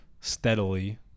steadily